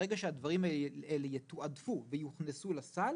ברגע שהדברים האלה יתועדפו ויוכנסו לסל,